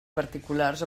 particulars